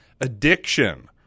addiction